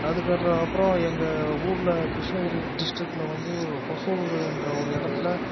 அதுக்கட்ற அப்புறம் எங்கள் ஊரில் கிருஷ்ணகிரி டிஸ்டிக்கில் வந்து ஒசூர் என்ற ஒரு இடத்துல